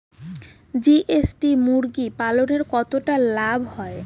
GST মুরগি পালনে কতটা লাভ হয়?